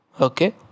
Okay